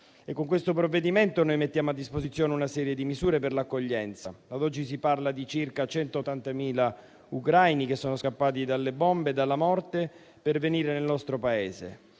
Con questo provvedimento mettiamo a disposizione una serie di misure per l'accoglienza: oggi si parla di circa 180.000 ucraini scappati dalle bombe e dalla morte per venire nel nostro Paese.